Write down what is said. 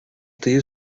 тыюу